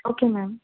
okay ma'am